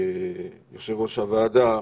יושב-ראש הוועדה,